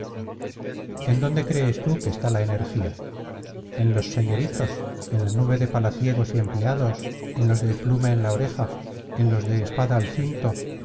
en dónde crees tú que está la energía en los señoritos en la nube de palaciegos y empleados en los de pluma en la oreja en los de espada al cinto